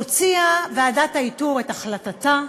הוציאה ועדת האיתור את החלטתה,